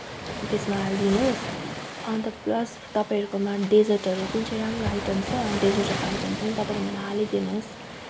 त्यसमा हालि दिनुहोस् अन्त प्लस तपाईँहरूकोमा डेजर्टहरू कुन चाहिँ राम्रो आइटम छ डेजर्टहरूको आइटम पनि तपाईँले मलाई हालिदिनुहोस्